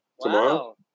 Tomorrow